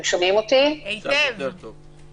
של אנשים עם מוגבלות לא לעבוד משרות מלאות כדי לא לפגוע בקצבה שהם